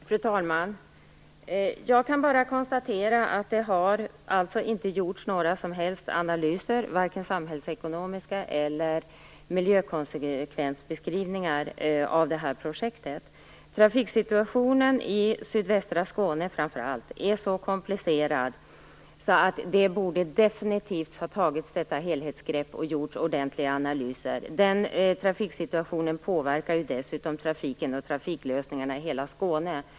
Fru talman! Jag kan bara konstatera att det inte har gjorts några som helst analyser av detta projekt, vare sig samhällsekonomiska analyser eller miljökonsekvensbeskrivningar. Trafiksituationen i framför allt sydvästra Skåne är så komplicerad att man borde ha tagit ett helhetsgrepp och gjort ordentliga analyser. Trafiksituationen påverkar ju dessutom trafiken och trafiklösningarna i hela Skåne.